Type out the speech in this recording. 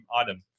item